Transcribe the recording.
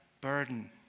burden